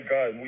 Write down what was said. God